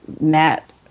Matt